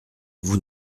vous